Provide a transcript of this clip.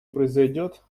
произойдет